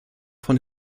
von